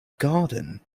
garden